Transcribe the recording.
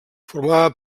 formava